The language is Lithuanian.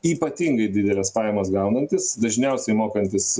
ypatingai dideles pajamas gaunantys dažniausiai mokantys